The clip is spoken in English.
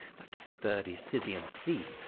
that sturdy scythian thief,